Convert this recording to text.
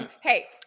Hey